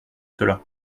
cela